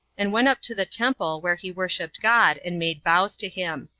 and went up to the temple, where he worshipped god, and made vows to him.